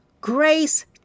Grace